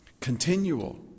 Continual